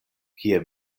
kie